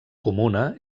comuna